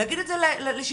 להגיד את זה לביטוח לאומי,